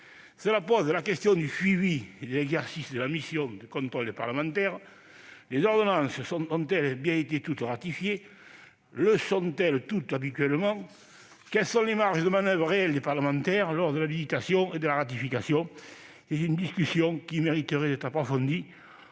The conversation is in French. Cela pose la question du suivi et de l'exercice de la mission de contrôle des parlementaires : les ordonnances ont-elles bien été toutes ratifiées ? Le sont-elles toutes, habituellement ? Quelles sont les réelles marges de manoeuvre des parlementaires lors de l'habilitation et lors de la ratification ? C'est une discussion qui mériterait d'être approfondie,